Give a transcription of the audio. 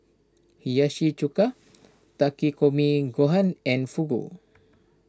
Hiyashi Chuka Takikomi Gohan and Fugu